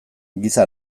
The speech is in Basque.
giza